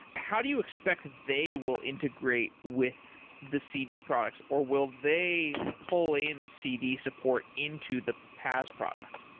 how do you expect they will integrate with the cd products, or will they pull in cd support into the paas product?